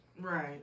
Right